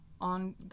on